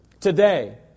Today